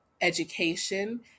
education